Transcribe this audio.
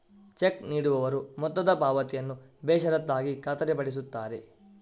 check ನೀಡುವವರು ಮೊತ್ತದ ಪಾವತಿಯನ್ನು ಬೇಷರತ್ತಾಗಿ ಖಾತರಿಪಡಿಸುತ್ತಾರೆ